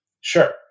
Sure